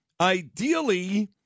ideally